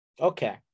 Okay